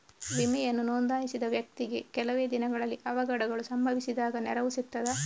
ವಿಮೆಯನ್ನು ನೋಂದಾಯಿಸಿದ ವ್ಯಕ್ತಿಗೆ ಕೆಲವೆ ದಿನಗಳಲ್ಲಿ ಅವಘಡಗಳು ಸಂಭವಿಸಿದಾಗ ನೆರವು ಸಿಗ್ತದ?